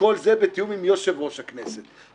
וכל זה בתיאום עם יושב-ראש הכנסת.